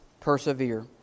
persevere